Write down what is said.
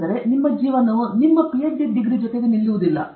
ಆದ್ದರಿಂದ ನಿಮ್ಮ ಜೀವನವು ನಿಮ್ಮ ಪಿಎಚ್ಡಿ ಜೊತೆ ನಿಲ್ಲುವುದಿಲ್ಲ